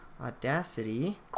Audacity